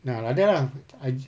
ah like that ah I